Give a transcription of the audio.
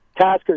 taskers